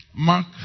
Mark